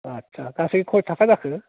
आच्चा गासै खय थाखा जाखो